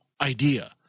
idea